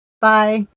bye